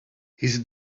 his